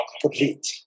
complete